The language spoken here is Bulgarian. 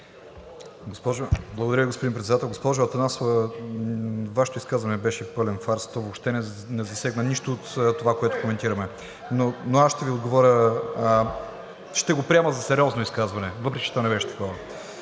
Благодаря, господин Председател. Госпожо Атанасова, Вашето изказване беше пълен фарс. То въобще не засегна нищо от това, което коментираме. Но аз ще го приема за сериозно изказване, въпреки че то не беше такова.